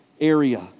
area